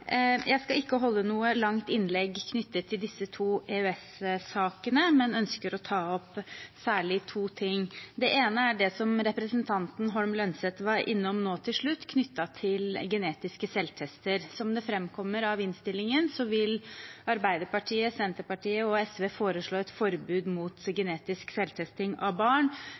Jeg skal ikke holde noe langt innlegg knyttet til disse to EØS-sakene, men ønsker å ta opp særlig to ting. Det ene er det som representanten Holm Lønseth var innom nå til slutt knyttet til genetiske selvtester. Som det framkommer av innstillingen, vil Arbeiderpartiet, Senterpartiet og SV foreslå et forbud mot genetisk selvtesting av barn